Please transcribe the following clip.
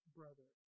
brother